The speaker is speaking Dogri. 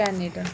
कैनेडा